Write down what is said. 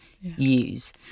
use